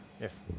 Yes